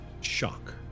shock